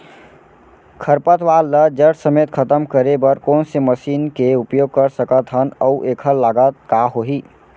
खरपतवार ला जड़ समेत खतम करे बर कोन से मशीन के उपयोग कर सकत हन अऊ एखर लागत का होही?